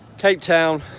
cape town,